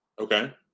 Okay